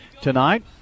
tonight